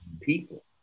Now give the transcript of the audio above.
people